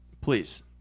please